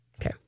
Okay